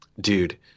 dude